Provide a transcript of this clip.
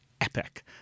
epic